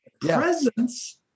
Presence